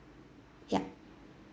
ya